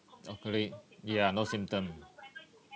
totally ya no symptom